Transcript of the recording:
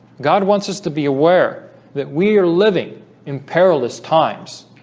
god wants us to be aware that we are living in perilous times